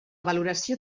valoració